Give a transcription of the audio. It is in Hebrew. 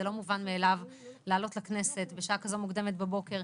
זה לא מובן מאליו לעלות לכנסת בשעה כזו מוקדמת בבוקר,